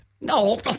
No